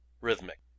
rhythmic